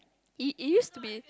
it is used to be